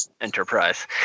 Enterprise